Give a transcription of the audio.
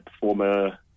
former